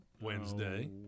Wednesday